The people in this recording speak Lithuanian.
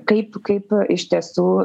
kaip kaip iš tiesų